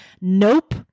nope